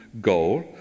goal